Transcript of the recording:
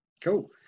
Cool